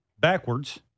backwards